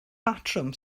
batrwm